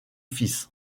fils